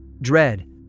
dread